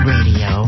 Radio